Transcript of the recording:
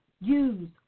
use